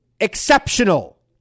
exceptional